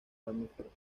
mamíferos